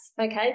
Okay